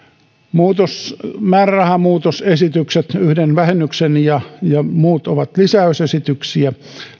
määrärahamuutosesitykset yhden vähennyksen ja ja muut ovat lisäysesityksiä